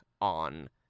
on